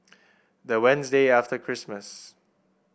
the Wednesday after Christmas